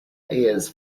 ears